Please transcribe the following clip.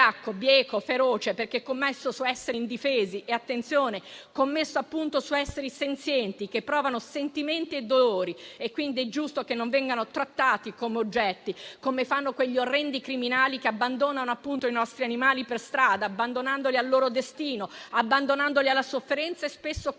bieco e feroce, perché commesso su esseri indifesi e - attenzione - su esseri senzienti, che provano sentimenti e dolori. Quindi è giusto che non vengano trattati come oggetti, come fanno quegli orrendi criminali che abbandonano i nostri animali per strada, abbandonandoli al loro destino, abbandonandoli alla sofferenza e spesso causando